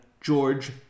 George